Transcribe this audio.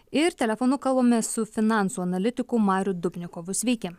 ir telefonu kalbamės su finansų analitiku mariumi dubnikovu sveiki